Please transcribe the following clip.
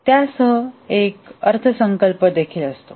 त्यासह एक अर्थसंकल्प देखील असतो